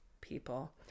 people